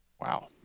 Wow